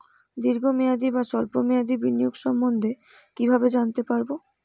দীর্ঘ মেয়াদি বা স্বল্প মেয়াদি বিনিয়োগ সম্বন্ধে কীভাবে জানতে পারবো?